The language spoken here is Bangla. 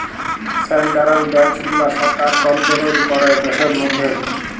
সেনটারাল ব্যাংকস গুলা সরকার কনটোরোল ক্যরে দ্যাশের ম্যধে